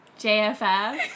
JFF